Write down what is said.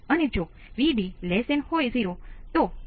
હવે આ શા માટે ઉપયોગી છે